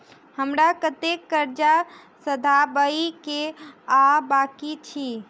हमरा कतेक कर्जा सधाबई केँ आ बाकी अछि?